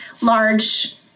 large